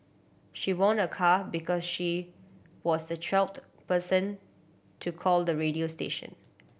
she won a car because she was the twelfth person to call the radio station